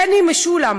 בני משולם: